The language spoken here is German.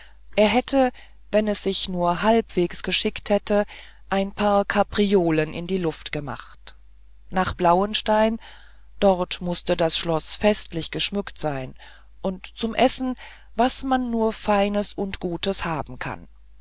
er hätte wenn es sich nur halbwegs geschickt hätte ein paar kapriolen in die luft gemacht nach blauenstein dort mußte das schloß festlich geschmückt sein und zum essen was man nur feines und gutes haben kann